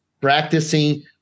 practicing